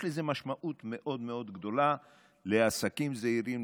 יש לזה משמעות מאוד מאוד גדולה לעסקים זעירים,